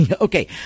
Okay